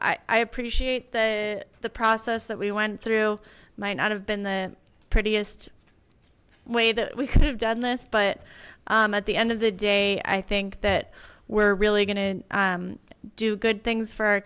o i appreciate that the process that we went through might not have been the prettiest way that we could have done this but at the end of the day i think that we're really going to do good things for our